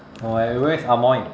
oh where where's amoy